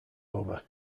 over